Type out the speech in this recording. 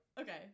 Okay